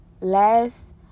last